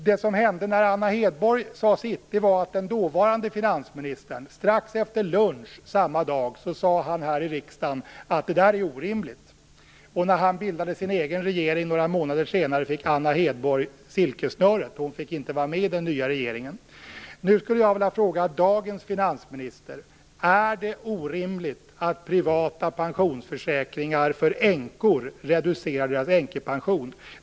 Det som hände när Anna Hedborg sagt sitt var att den dåvarande finansministern strax efter lunch samma dag här i riksdagen sade att det var orimligt. När han bildade sin egen regering några månader senare fick Anna Hedborg silkessnöret. Hon fick inte vara med i den nya regeringen. Nu skulle jag vilja ställa en fråga till dagens finansminister: Är det orimligt att privata pensionsförsäkringar för änkor reducerar deras änkepension?